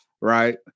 right